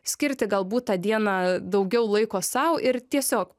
skirti galbūt tą dieną daugiau laiko sau ir tiesiog